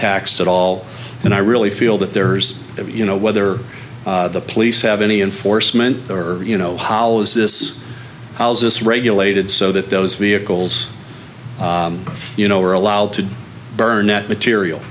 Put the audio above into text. taxed at all and i really feel that there's you know whether the police have any enforcement or you know how is this how's this regulated so that those vehicles you know are allowed to burnette material